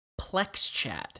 Plexchat